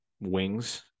wings